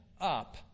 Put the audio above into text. up